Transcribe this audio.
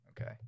Okay